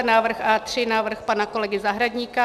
Návrh A3, návrh pana kolegy Zahradníka.